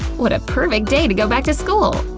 what a perfect day to go back to school!